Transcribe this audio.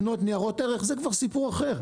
לקנות ניירות ערך זה כבר סיפור אחר.